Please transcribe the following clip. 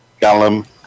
Gallum